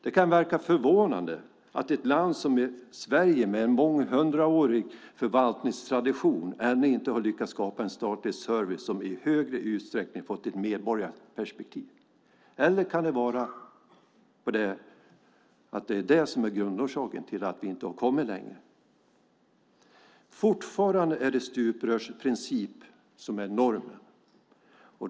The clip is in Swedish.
Det kan verka förvånande att ett land som Sverige med månghundraårig förvaltningstradition ännu inte har lyckats skapa en statlig service som i högre utsträckning fått ett medborgarperspektiv. Eller kan det vara grundorsaken till att vi inte har kommit längre? Fortfarande är det stuprörsprincipen som är normen.